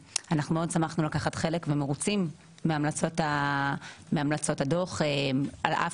שמחנו לקחת חלק ואנחנו מרוצים מהמלצות הדוח על אף